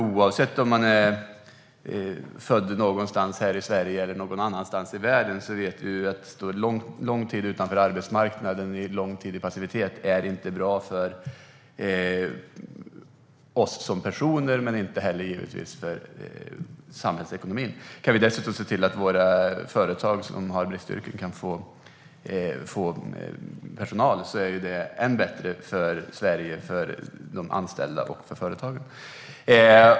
Oavsett om en person är född i Sverige eller någon annanstans i världen vet vi att lång tid utanför arbetsmarknaden och lång tid i passivitet inte är bra för personen ifråga men givetvis inte heller för samhällsekonomin. Kan vi dessutom se till att våra företag där det finns bristyrken kan få personal är det ju ännu bättre för Sverige, för de anställda och för företagen.